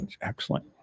excellent